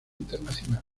internacional